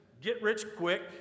get-rich-quick